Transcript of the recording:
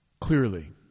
clearly